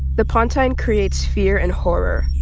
the pontine creates fear and horror.